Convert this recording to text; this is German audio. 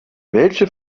welche